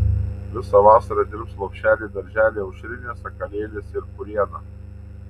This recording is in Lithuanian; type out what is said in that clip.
visą vasarą dirbs lopšeliai darželiai aušrinė sakalėlis ir puriena